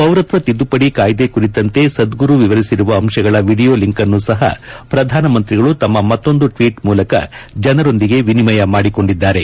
ಪೌರತ್ವ ತಿದ್ದುಪದಿ ಕಾಯ್ದೆ ಕುರಿತಂತೆ ಸದ್ಗುರು ವಿವರಿಸಿರುವ ಅಂಶಗಳ ವಿದಿಯೋ ಲಿಂಕನ್ನು ಸಹ ಪ್ರಧಾನಮಂತ್ರಿಗಳು ತಮ್ಮ ಮತ್ತೊಂದು ಟ್ವೀಟ್ ಮೂಲಕ ಜನರೊಂದಿಗೆ ವಿನಿಮಯ ಮಾಡಿಕೊಂಡಿದ್ದಾರೆ